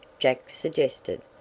jack suggested.